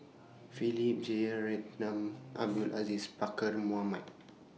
Philip Jeyaretnam Abdul Aziz Pakkeer Mohamed